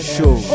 Show